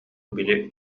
били